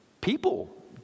people